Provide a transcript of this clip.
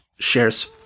shares